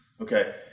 Okay